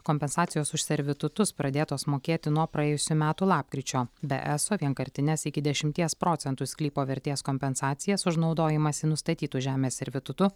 kompensacijos už servitutus pradėtos mokėti nuo praėjusių metų lapkričio be eso vienkartines iki dešimties procentų sklypo vertės kompensacijas už naudojimąsi nustatytu žemės servitutu